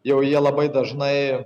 jau jie labai dažnai